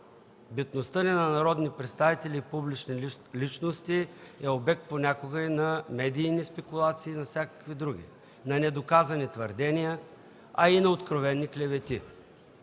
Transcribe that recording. битността ни на народни представители и публични личности е обект понякога на медийни спекулации и на всякакви други недоказани твърдения, а и на откровени клевети.